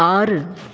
ஆறு